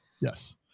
Yes